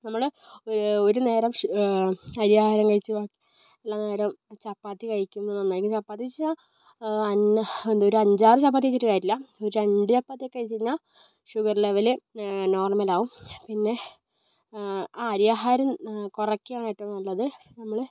നമ്മൾ ഒരു നേരം അരി ആഹാരം കഴിച്ച് ബാക്കി ഉള്ള നേരം ചപ്പാത്തി കഴിക്കുന്നത് നന്നായിരിക്കും ചപ്പാത്തി കഴിച്ചാൽ ഒരു അഞ്ചാറ് ചപ്പാത്തി കഴിച്ചിട്ടു കാര്യമില്ല ഒരു രണ്ട് ചപ്പാത്തി ഒക്കെ കഴിച്ചു കഴിഞ്ഞാൽ ഷുഗർ ലെവൽ നോർമലാവും പിന്നെ അരി ആഹാരം കുറയ്ക്കുകയാണ് ഏറ്റവും നല്ലത് നമ്മൾ